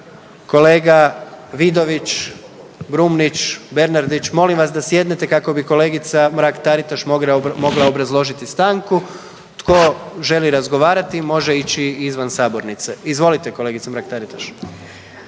Kolega Vidović, Brumnić, Bernardić, molim vas da sjednete kako bi kolegica Mrak-Taritaš mogla obrazložiti stanku. Tko želi razgovarati može ići izvan sabornice. Izvolite kolegice Mrak-Taritaš.